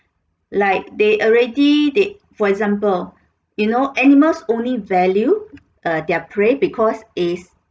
like they already they for example you know animals only value uh their prey because is